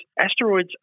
asteroids